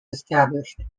established